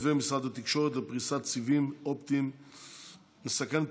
מתווה משרד התקשורת לפריסת סיבים אופטיים מסכן את